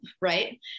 Right